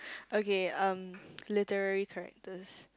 okay um literary characters